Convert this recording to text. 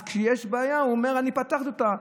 אז כשיש בעיה הוא אומר: אני פתרתי אותה,